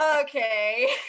okay